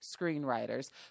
screenwriters